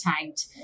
tanked